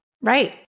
Right